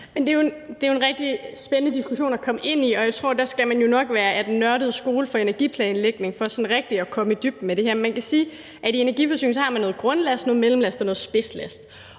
Det er jo en rigtig spændende diskussion at komme ind i, og jeg tror, at man nok der skal være af den nørdede skole i forhold til energiplanlægning for sådan rigtig at komme i dybden med det her. Man kan sige, at man i energiforsyningen har noget grundlast, noget mellemlast og noget spidslast.